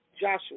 Joshua